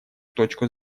точку